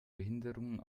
behinderungen